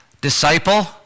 disciple